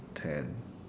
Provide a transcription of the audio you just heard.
ten